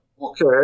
Okay